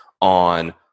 on